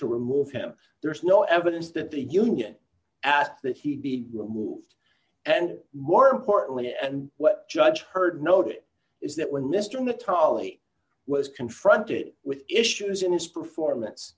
to remove him there is no evidence that the union asked that he be removed and more importantly and what judge heard noted is that when mr nataly was confronted with issues in his performance